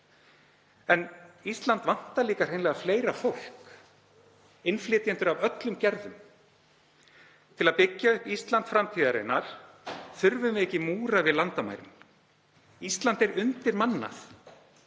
En Ísland vantar líka hreinlega fleira fólk, innflytjendur af öllum gerðum. Til að byggja upp Ísland framtíðarinnar þurfum við ekki múra við landamærin. Ísland er undirmannað.